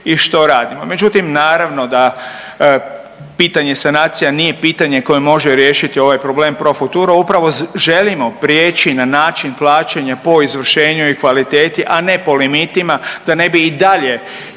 i što radimo. Međutim, naravno da pitanje sanacija nije pitanje koje može riješiti ovaj problem pro futuro. Upravo želimo prijeći na način plaćanja po izvršenju i kvaliteti, a ne po limitima, da ne bi i dalje bili